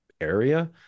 area